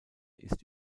ist